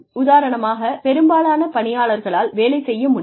உதாரணமாக பெரும்பாலான பணியாளர்களால் வேலை செய்ய முடியும்